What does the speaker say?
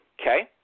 Okay